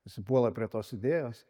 visi puola prie tos idėjos